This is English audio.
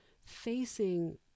facing